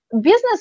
business